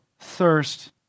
thirst